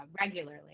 regularly